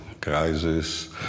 crisis